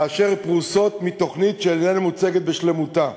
לאשר פרוסות מתוכנית שאיננה מוצגת בשלמותה.